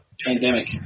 pandemic